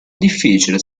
difficile